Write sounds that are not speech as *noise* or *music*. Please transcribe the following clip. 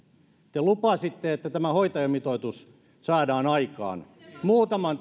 te lupasitte että tämä hoitajamitoitus saadaan aikaan muutaman *unintelligible*